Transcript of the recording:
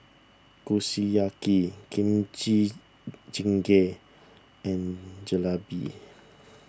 Kushiyaki Kimchi Jjigae and Jalebi